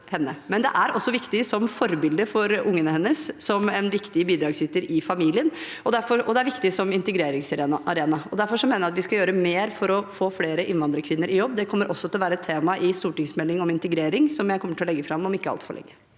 men det er også viktig som forbilde for ungene hennes, som en viktig bidragsyter i familien, og det er viktig som integreringsarena. Derfor mener jeg at vi skal gjøre mer for å få flere innvandrerkvinner i jobb. Det kommer også til å være et tema i stortingsmeldingen om integrering som jeg kommer til å legge fram om ikke altfor lenge.